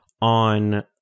on